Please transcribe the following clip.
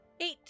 Eight